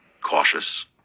cautious